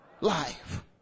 life